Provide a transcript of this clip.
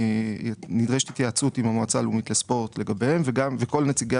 נדרשת התייעצות עם המועצה הלאומית לספורט לגביהם וכל נציגי